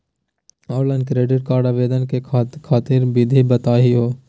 Online credit card आवेदन करे खातिर विधि बताही हो?